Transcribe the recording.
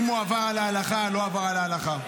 אם הוא עבר על ההלכה או לא עבר על ההלכה.